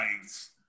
nice